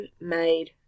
made